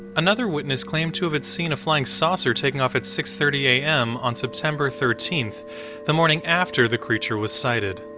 another witness claimed to have had seen a flying saucer taking off at six thirty am on september thirteen the morning after the creature was sighted.